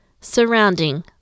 surrounding